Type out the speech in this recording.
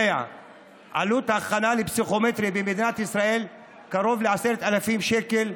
עלות הכנה לפסיכומטרי במדינת ישראל היא קרוב ל-10,000 שקל.